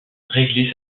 régler